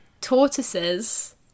tortoises